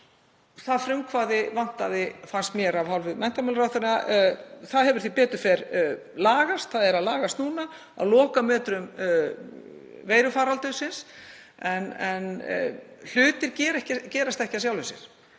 Það frumkvæði vantaði fannst mér af hálfu menntamálaráðherra. Það hefur sem betur fer lagast. Það er að lagast núna á lokametrum veirufaraldursins en hlutir gerast ekki af sjálfu sér